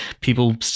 people